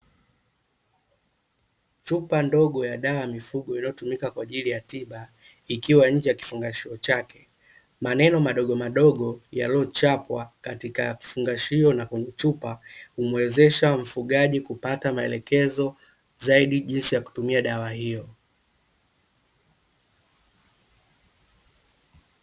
Chupa ndogo ya dawa ya mifugo iliyotumika kwa ajili ya tiba, ikiwa nje ya kifungasho chake maneno madogo madogo yaliyochapwa katika kifungashio na kwenye chupa humwezesha mfugaji kupata maelekezo zaidi jinsi ya kutumia dawa hiyo.